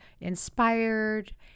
inspired